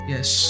Yes